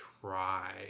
try